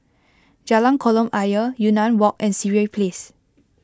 Jalan Kolam Ayer Yunnan Walk and Sireh Place